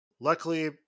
Luckily